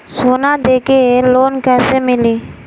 सोना दे के लोन कैसे मिली?